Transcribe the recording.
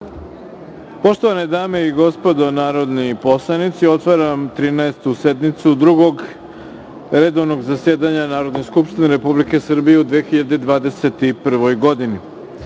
Poštovane dame i gospodo narodni poslanici, otvaram Trinaestu sednicu Drugog redovnog zasedanja Narodne skupštine Republike Srbije u 2021. godini. Na